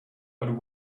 but